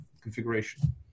configuration